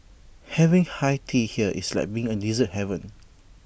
having high tea here is like being in dessert heaven